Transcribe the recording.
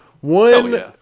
One